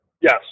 Yes